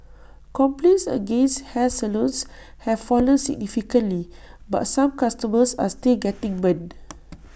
complaints against hair salons have fallen significantly but some customers are still getting burnt